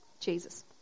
Jesus